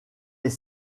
est